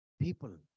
people